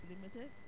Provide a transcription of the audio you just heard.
limited